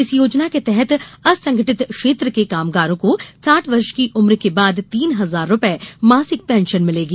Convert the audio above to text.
इस योजना के तहत असंगठित क्षेत्र के कामगारों साठ वर्ष की उम्र के बाद तीन हजार रुपये मासिक पेंशन मिलेगी